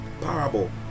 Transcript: parable